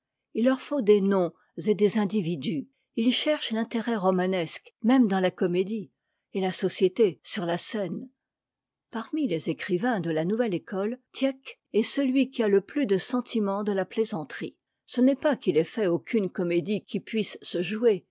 h leur faut des noms et des individus ils cherchent l'intérêt romanesque même dans la comédie et la société sur la scène parmi les écrivains de la nouvelle école tieck est celui qui a le plus de sentiment de la plaisanterie ce n'est pas qu'il ait fait aucune comédie qui puisse se jouer